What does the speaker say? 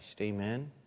Amen